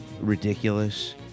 ridiculous